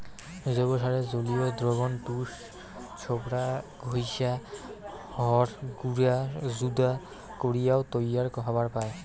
জৈব সারের জলীয় দ্রবণ তুষ, ছোবড়া, ঘইষা, হড় গুঁড়া যুদা করিয়াও তৈয়ার হবার পায়